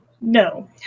No